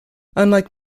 unlike